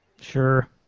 Sure